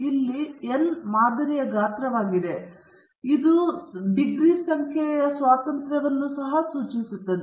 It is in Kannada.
ಇಲ್ಲಿ n ಮಾದರಿ ಗಾತ್ರವಾಗಿದೆ ಮತ್ತು ಇದು ಸಹ ಡಿಗ್ರಿ ಸಂಖ್ಯೆಯ ಸ್ವಾತಂತ್ರ್ಯವನ್ನು ಸೂಚಿಸುತ್ತದೆ